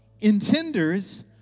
intenders